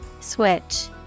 switch